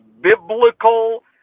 biblical